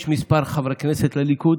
יש כמה חברי כנסת לליכוד,